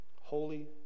Holy